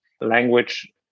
language